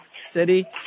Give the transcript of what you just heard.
city